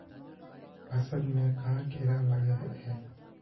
फसल में क्याँ कीड़ा लागे है?